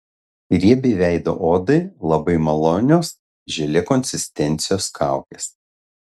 riebiai veido odai labai malonios želė konsistencijos kaukės